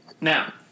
Now